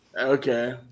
Okay